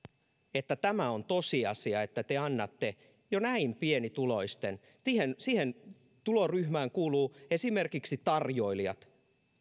että tämä on tosiasia että te annatte jo näin pienituloisten siihen tuloryhmään kuuluvat esimerkiksi tarjoilijat